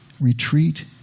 Retreat